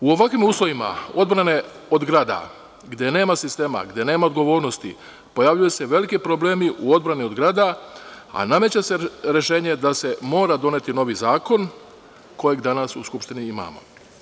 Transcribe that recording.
U ovakvim uslovima odbrane od grada, gde nema sistema, gde nema odgovornosti, pojavljuju se veliki problemi u odbrani od grada, a nameće se rešenje da se mora doneti novi zakon, koji danas u Skupštini imamo.